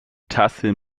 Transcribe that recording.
tasse